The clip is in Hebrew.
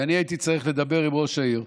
ואני הייתי צריך לדבר עם ראש העיר,